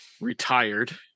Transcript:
retired